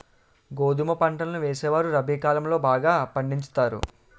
గోధుమ పంటలను వేసేవారు రబి కాలం లో బాగా పండించుతారు